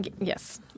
yes